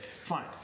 Fine